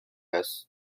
است